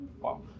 Wow